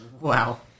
Wow